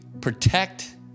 protect